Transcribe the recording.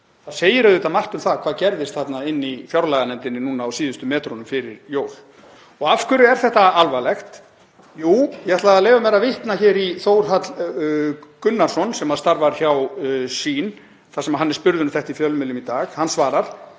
Það segir auðvitað margt um það hvað gerðist þarna inni í fjárlaganefndinni núna á síðustu metrunum fyrir jól. Og af hverju er þetta alvarlegt? Jú, ég ætla að leyfa mér að vitna í Þórhall Gunnarsson, sem starfar hjá Sýn, þar sem hann er spurður um þetta í fjölmiðlum í dag. Hann svarar: